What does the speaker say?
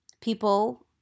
people